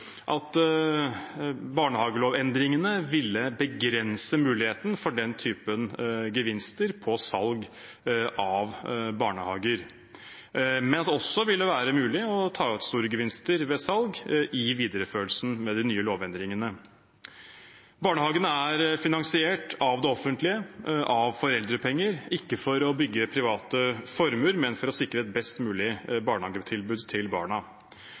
barnehagelovendringene ville begrense muligheten for den typen gevinster på salg av barnehager, men at det også ville være mulig å ta ut store gevinster ved salg i videreførelsen med de nye lovendringene. Barnehagene er finansiert av det offentlige og av foreldrepenger, ikke for å bygge private formuer, men for å sikre et best mulig barnehagetilbud til barna.